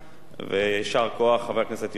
יישר כוח, חבר כנסת יואל חסון,